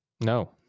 No